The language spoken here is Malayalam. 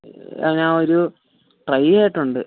ഞാൻ ഒരു ട്രൈ ചെയ്തിട്ടുണ്ട്